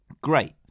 Great